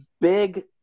big